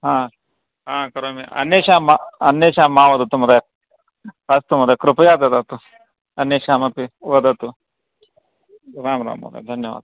हा हा करोमि अन्येषां मा अन्येषां मा वदतु महोदय अस्तु महोदय कृपया ददातु अन्येषामपि वदतु राम राम महोदय धन्यवादः